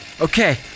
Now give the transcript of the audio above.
Okay